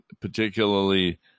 particularly